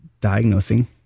diagnosing